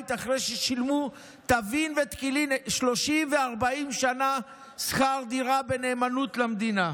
אחרי ששילמו טבין ותקילין 30 ו-40 שנה שכר דירה בנאמנות למדינה.